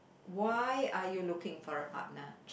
why are you looking for a partner